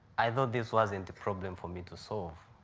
i thought this wasn't a problem for me to solve,